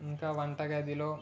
ఇంకా వంటగదిలో